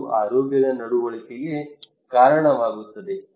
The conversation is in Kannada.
ಅದು ಆರೋಗ್ಯದ ನಡವಳಿಕೆಗೆ ಕಾರಣವಾಗುತ್ತದೆ